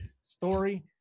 story